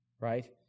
right